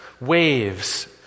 Waves